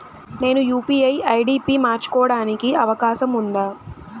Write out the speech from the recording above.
నేను UPI ID పి మార్చుకోవడానికి అవకాశం ఉందా?